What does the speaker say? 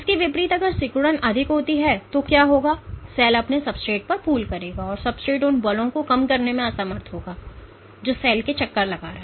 इसके विपरीत अगर सिकुड़न अधिक होती है तो क्या होगा सेल अपने सब्सट्रेट पर पूल करेगा सब्सट्रेट उन बलों को कम करने में असमर्थ होगा जो सेल के चक्कर लगा रहे हैं